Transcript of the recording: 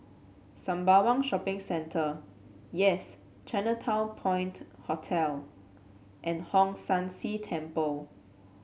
Sembawang Shopping Centre Yes Chinatown Point Hotel and Hong San See Temple